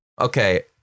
Okay